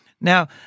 Now